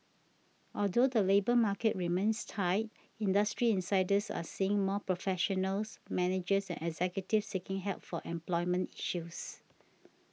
although the labour market remains tight industry insiders are seeing more professionals managers and executives seeking help for employment issues